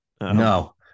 no